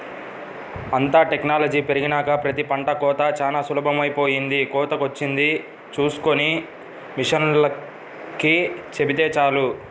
అంతా టెక్నాలజీ పెరిగినాక ప్రతి పంట కోతా చానా సులభమైపొయ్యింది, కోతకొచ్చింది చూస్కొని మిషనోల్లకి చెబితే చాలు